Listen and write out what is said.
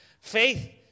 Faith